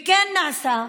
וכן נעשה.